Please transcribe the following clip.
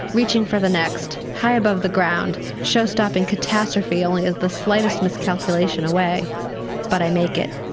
reaching for the next high above the ground, show-stopping catastrophe only is the slightest mis-calculation away but i make it.